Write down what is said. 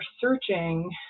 searching